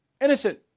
innocent